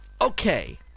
Okay